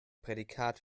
prädikat